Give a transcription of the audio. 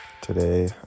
Today